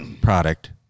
product